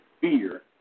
fear